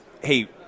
hey